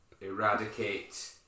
eradicate